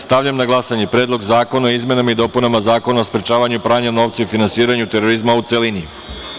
Stavljam na glasanje Predlog zakona o izmenama i dopunama Zakona o sprečavanju pranja novca i finansiranju terorizma, u celini.